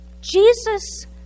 Jesus